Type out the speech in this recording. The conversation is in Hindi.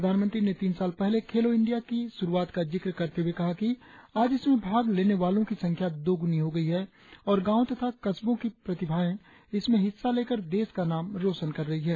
प्रधानमंत्री ने तीन साल पहले हुई खेलों इंडिया की शुरुआत का जिक्र करते हुए कहा कि आज इसमें भाग लेने वालों की संख्या दुगनी हो गयी है और गांवों तथा कसबों की प्रतिभाएं इसमें हिस्सा लेकर देश का नाम रोशन कर रही हैं